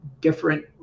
different